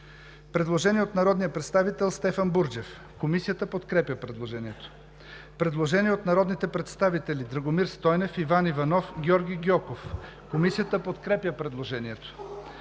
Предложение от народния представител Стефан Бурджев. Комисията подкрепя предложението. Предложение от народните представители Драгомир Стойнев, Иван Иванов и Георги Гьоков. Комисията подкрепя предложението.